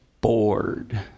bored